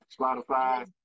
Spotify